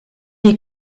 est